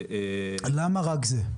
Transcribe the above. למה רק זה?